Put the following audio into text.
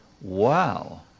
Wow